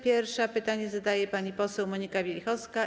Pierwsza pytanie zadaje pani poseł Monika Wielichowska.